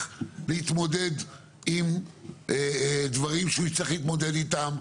להתמודד עם דברים שהוא יצטרך להתמודד איתם.